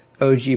OG